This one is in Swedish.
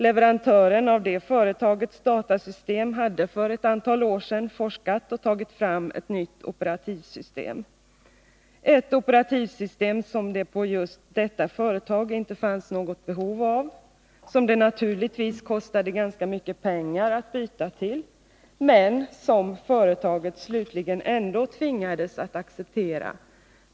Leverantören av det företagets datasystem hade för ett antal år sedan forskat och tagit fram ett nytt operativsystem, ett operativsystem som det på just detta företag inte fanns något behov av och som det naturligtvis kostade ganska mycket pengar att byta till, men som företaget slutligen ändå tvingades att acceptera.